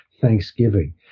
thanksgiving